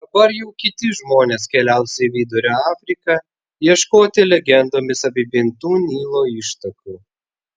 dabar jau kiti žmonės keliaus į vidurio afriką ieškoti legendomis apipintų nilo ištakų